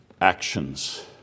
Actions